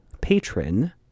patron